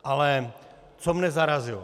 Ale co mě zarazilo.